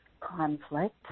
conflict